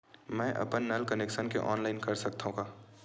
मैं अपन नल कनेक्शन के ऑनलाइन कर सकथव का?